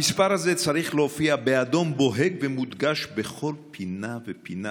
המספר הזה צריך להופיע באדום בוהק ומודגש בכל פינה ופינה,